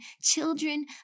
children